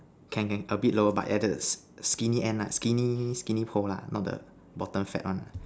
can can a bit lower but at the skinny end lah skinny skinny pole lah not the bottom fat one